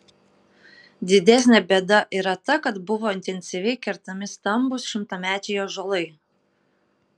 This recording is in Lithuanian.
didesnė bėda yra ta kad buvo intensyviai kertami stambūs šimtamečiai ąžuolai